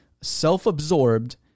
self-absorbed